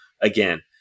again